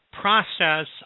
process